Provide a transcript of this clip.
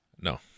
No